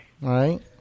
right